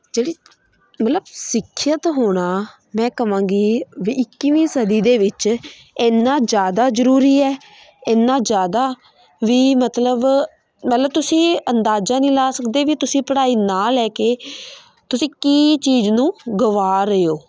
ਜਿਹੜੀ ਮਤਲਬ ਸਿੱਖਿਅਤ ਹੋਣਾ ਮੈਂ ਕਹਾਂਗੀ ਵੀ ਇੱਕੀਵੀਂ ਸਦੀ ਦੇ ਵਿੱਚ ਇੰਨਾ ਜ਼ਿਆਦਾ ਜ਼ਰੂਰੀ ਹੈ ਇੰਨਾ ਜ਼ਿਆਦਾ ਵੀ ਮਤਲਬ ਮਤਲਬ ਤੁਸੀਂ ਅੰਦਾਜ਼ਾ ਨਹੀਂ ਲਾ ਸਕਦੇ ਵੀ ਤੁਸੀਂ ਪੜ੍ਹਾਈ ਨਾ ਲੈ ਕੇ ਤੁਸੀਂ ਕੀ ਚੀਜ਼ ਨੂੰ ਗਵਾ ਰਹੇ ਹੋ